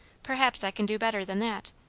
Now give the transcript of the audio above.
perhaps i can do better than that.